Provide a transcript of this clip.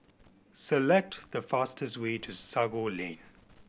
select the fastest way to Sago Lane